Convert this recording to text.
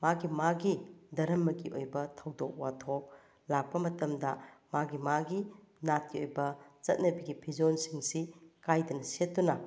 ꯃꯥꯒꯤ ꯃꯥꯒꯤ ꯙꯔꯃꯒꯤ ꯑꯣꯏꯕ ꯊꯧꯗꯣꯛ ꯋꯥꯊꯣꯛ ꯂꯥꯛꯄ ꯃꯇꯝꯗ ꯃꯥꯒꯤ ꯃꯥꯒꯤ ꯅꯥꯠꯀꯤ ꯑꯣꯏꯕ ꯆꯠꯅꯕꯤꯒꯤ ꯐꯤꯖꯣꯜꯁꯤꯡꯁꯤ ꯀꯥꯏꯗꯅ ꯁꯦꯠꯇꯨꯅ